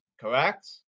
Correct